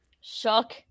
Shock